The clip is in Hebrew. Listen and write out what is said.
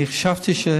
כן,